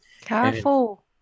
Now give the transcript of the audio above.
Careful